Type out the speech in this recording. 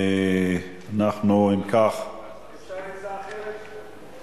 אפשר הצעה אחרת?